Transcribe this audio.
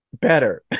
better